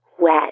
wet